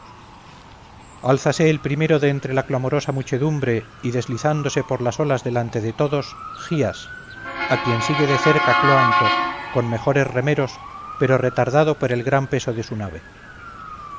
lánzase el primero de entre la clamorosa muchedumbre y deslizándose por las olas delante de todos gías a quien sigue de cerca cloanto con mejores remeros pero retardado por el gran peso de su nave